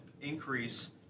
increase